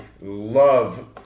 love